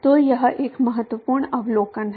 तो यह एक महत्वपूर्ण अवलोकन है